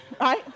right